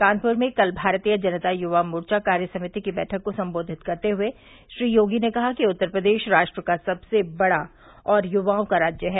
कानपुर में कल भारतीय जनता युवा मोर्चा कार्य समिति की बैठक को संबोधित करते हुए श्री योगी ने कहा कि उत्तर प्रदेश राष्ट्र का सबसे बड़ा युवाओं का राज्य है